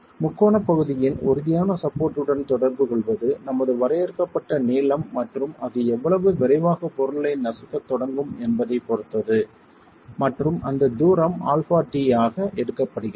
முக்கோணப் பகுதியின் உறுதியான சப்போர்ட் உடன் தொடர்புகொள்வது நமது வரையறுக்கப்பட்ட நீளம் மற்றும் அது எவ்வளவு விரைவாக பொருள் ஐ நசுக்கத் தொடங்கும் என்பதைப் பொறுத்தது மற்றும் அந்த தூரம் αt ஆக எடுக்கப்படுகிறது